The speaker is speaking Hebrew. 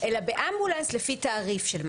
אלא באמבולנס לפי תעריף של מד"א.